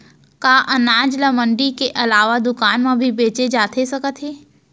का अनाज ल मंडी के अलावा दुकान म भी बेचे जाथे सकत हे?